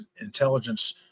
intelligence